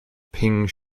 ping